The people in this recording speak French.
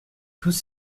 tous